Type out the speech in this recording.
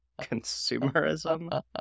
consumerism